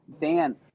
dan